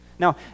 now